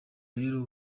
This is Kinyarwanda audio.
rero